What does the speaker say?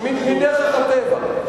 מדרך הטבע.